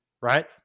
right